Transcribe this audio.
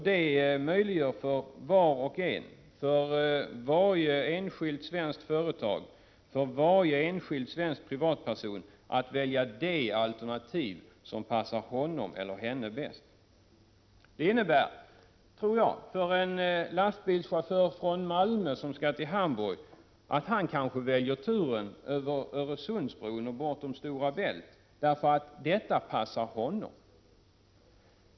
Det möjliggör för var och en — för varje enskilt svenskt företag och för varje svensk privatperson — att välja det alternativ som passar företaget, honom eller henne bäst. En lastbilschaufför från Malmö som skall till Hamburg väljer kanske turen över Öresundsbron och Stora Bält därför att det passar honom.